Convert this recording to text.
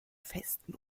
festen